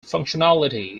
functionality